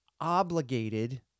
obligated